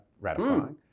ratifying